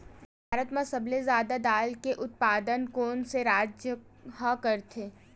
भारत मा सबले जादा दाल के उत्पादन कोन से राज्य हा करथे?